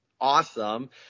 awesome